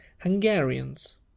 hungarians